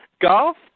Golf